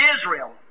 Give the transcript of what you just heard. Israel